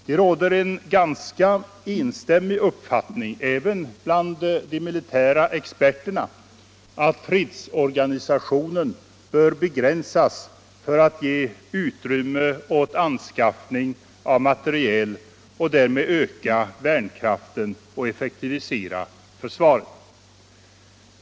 Det råder en ganska enstämmig uppfattning även bland de militära experterna om att fredsorganisationen bör begränsas för att ge utrymme åt anskaffning av materiel och därmed öka värnkraften och effektivisera försvaret.